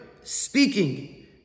speaking